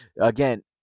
Again